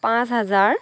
পাঁচ হাজাৰ